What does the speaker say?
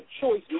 choice